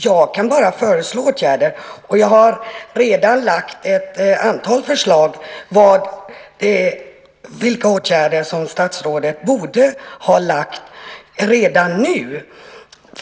Jag kan bara föreslå åtgärder, och jag har redan fört fram ett antal förslag till åtgärder som statsrådet borde ha vidtagit.